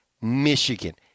Michigan